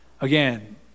Again